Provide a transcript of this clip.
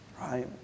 right